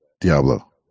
diablo